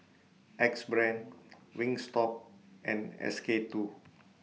Axe Brand Wingstop and S K two